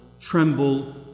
Tremble